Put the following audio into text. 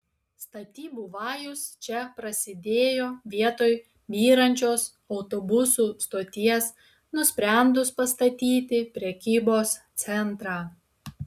statybų vajus čia prasidėjo vietoj byrančios autobusų stoties nusprendus pastatyti prekybos centrą